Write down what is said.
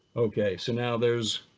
okay, so now there's,